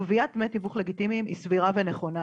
גביית דמי תיווך לגיטימיים היא סבירה ונכונה